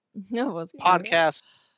Podcasts